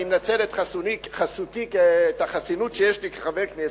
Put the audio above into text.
ואני מנצל את החסינות שיש לי כחבר הכנסת,